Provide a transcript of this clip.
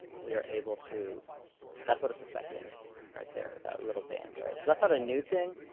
we are able to that's what it's affecting right there. that little band right? that's not a new thing.